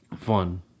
fun